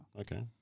okay